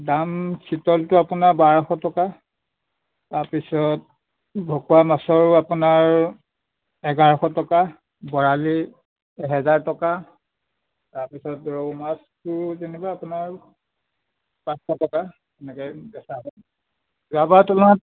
দাম চিতলটো আপোনাৰ বাৰশ টকা তাৰপিছত ভকুৱা মাছৰো আপোনাৰ এঘাৰশ টকা বৰালি এজেহাৰ টকা তাৰপিছত ৰৌ মাছটো তেনেকুৱা আপোনাৰ পাঁচশ টকা সেনেকৈ বেচা হ'ল যোৱাবাৰৰ তুলনাত